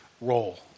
role